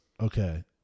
okay